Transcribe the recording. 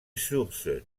source